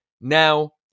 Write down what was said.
Now